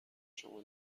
شما